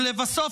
ולבסוף,